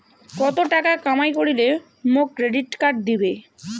কত টাকা কামাই করিলে মোক ক্রেডিট কার্ড দিবে?